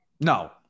no